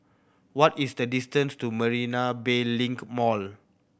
what is the distance to Marina Bay Link Mall